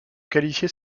qualifier